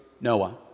Noah